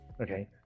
Okay